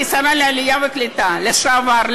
כשרת העלייה והקליטה לשעבר,